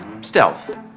stealth